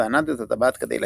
וענד את הטבעת כדי להיעלם.